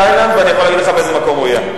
ואני יכול להגיד לך באיזה מקום הוא יהיה.